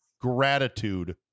gratitude